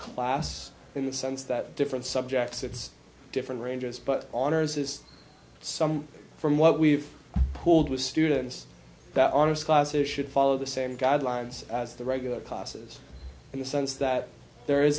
class in the sense that different subjects it's different ranges but honors is some from what we've pulled with students that honors classes should follow the same guidelines as the regular classes in the sense that there is